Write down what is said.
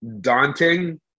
daunting